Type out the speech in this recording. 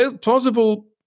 Plausible